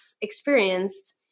experienced